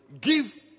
Give